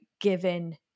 given